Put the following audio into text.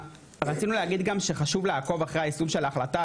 רצינו להגיד גם שחשוב לעקוב אחרי היישום של ההחלטה,